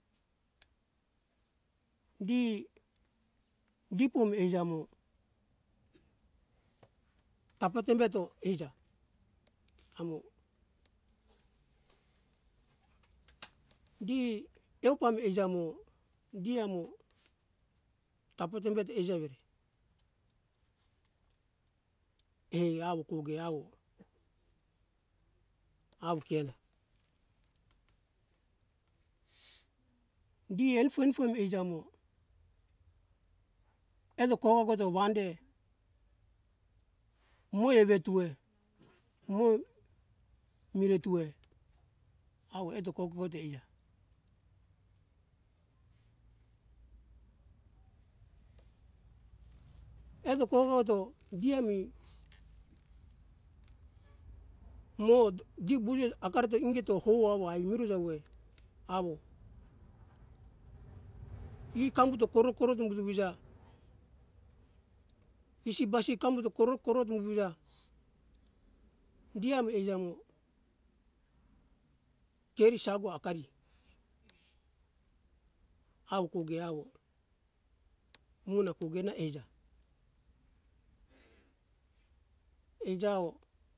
Di dipomi eija mo tapa tembeto eija amo di taupa mi eija mo di amo tapa tembeto. Eija evire ai awo koge awo awo ke ena gi enifo enifo mi eija mo eto kogogoto wande mo evetue mo miretue awo eto kogoto eija eto kogoto di ami mo di guwe akari ta ingeto hau awo ai mireja woi awo e kambuto koro koro dombudo wija isi basi kambuto koro koro tuwija di ami eija mo keri sagu akari awo koge awo mona kogena eija eija awo